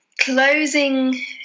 closing